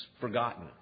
forgotten